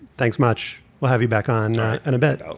thanks much. we'll have you back on and a bit